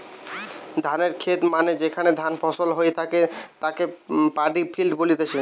ধানের খেত মানে যেখানে ধান ফসল হই থাকে তাকে পাড্ডি ফিল্ড বলতিছে